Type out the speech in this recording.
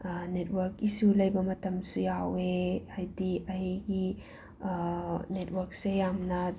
network ꯏꯁꯨ ꯂꯩꯕ ꯃꯇꯝꯁꯨ ꯌꯥꯎꯋꯦ ꯍꯥꯏꯗꯤ ꯑꯩꯒꯤ ꯅꯦꯠꯋꯔꯛꯁꯦ ꯌꯥꯝꯅ